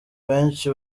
benshi